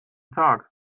tag